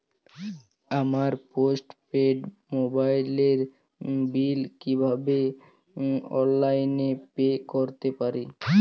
আমার postpaid মোবাইলের bill কীভাবে অনলাইনে পে করতে পারি?